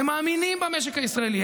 הם מאמינים במשק הישראלי,